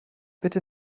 bitte